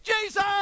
Jesus